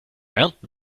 ernten